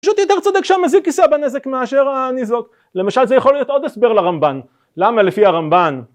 פשוט יותר צודק שהמזיק ישא בנזק מאשר הניזוק. למשל זה יכול להיות עוד הסבר לרמב"ן. למה לפי הרמב"ן